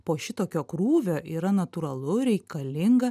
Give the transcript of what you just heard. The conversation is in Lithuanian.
po šitokio krūvio yra natūralu reikalinga